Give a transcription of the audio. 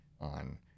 on